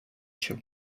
cię